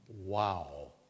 wow